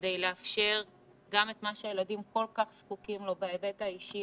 כדי לאפשר גם את מה שהילדים כל כך זקוקים לו בהיבט האישי,